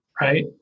right